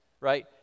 right